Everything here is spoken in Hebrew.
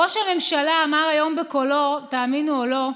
ראש הממשלה אמר היום בקולו, תאמינו או לא,